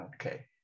Okay